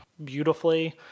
beautifully